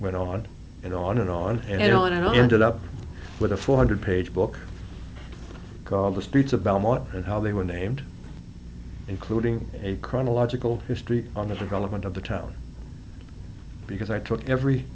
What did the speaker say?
went on and on and on and on and i ended up with a four hundred page book called the streets of belmont and how they were named including a chronological history on this is relevant to the town because i took every